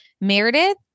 Meredith